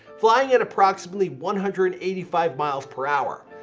flying at approximately one hundred and eighty five miles per hour.